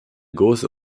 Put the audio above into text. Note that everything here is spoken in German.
große